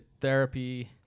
therapy